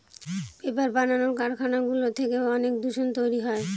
paper বানানোর কারখানাগুলো থেকে অনেক দূষণ তৈরী হয়